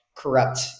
corrupt